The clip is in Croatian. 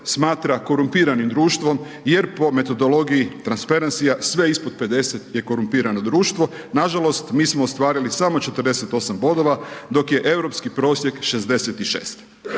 smatra korumpiranim društvom jer po metodologiji Transparency-a, sve ispod 50 je korumpirano društvo. Nažalost, mi smo ostvarili samo 48 bodova, dok je europski prosjek 66.